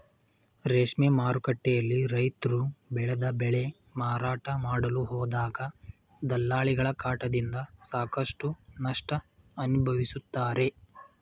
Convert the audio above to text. ರೇಷ್ಮೆ ಮಾರುಕಟ್ಟೆಯಲ್ಲಿ ರೈತ್ರು ಬೆಳೆದ ಬೆಳೆ ಮಾರಾಟ ಮಾಡಲು ಹೋದಾಗ ದಲ್ಲಾಳಿಗಳ ಕಾಟದಿಂದ ಸಾಕಷ್ಟು ನಷ್ಟ ಅನುಭವಿಸುತ್ತಾರೆ